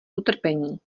utrpení